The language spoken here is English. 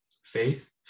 faith